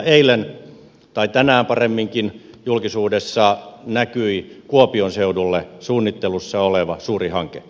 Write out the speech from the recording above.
eilen tai tänään paremminkin julkisuudessa näkyi kuopion seudulle suunnittelussa oleva suuri hanke